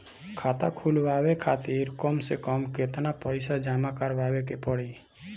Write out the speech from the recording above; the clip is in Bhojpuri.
खाता खुलवाये खातिर कम से कम केतना पईसा जमा काराये के पड़ी?